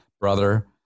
brother